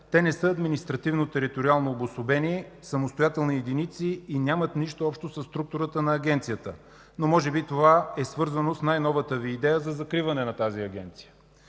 Те не са административно-териториално обособени самостоятелни единици и нямат нищо общо със структурата на Агенцията. Но може би това е свързано с най-новата Ви идея за закриване на тази Агенция.